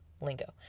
lingo